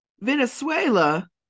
Venezuela